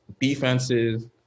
defenses